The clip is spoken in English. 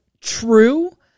true